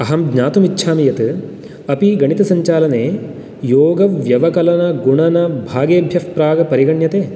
अहं ज्ञातुम् इच्छामि यत् अपि गणितसञ्चालने योगव्यवकलनगुणनभागेभ्यः प्राग् परिगण्यते